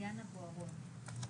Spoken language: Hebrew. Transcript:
נעבור לדובר הבא רן